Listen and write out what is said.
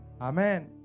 Amen